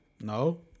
No